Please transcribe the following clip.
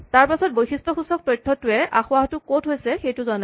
তাৰপাছত বৈশিষ্টসূচক তথ্যটোৱে আসোঁৱাহটো ক'ত হৈছে জনায়